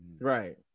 Right